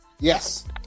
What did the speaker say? yes